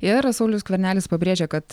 ir saulius skvernelis pabrėžė kad